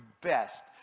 best